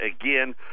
again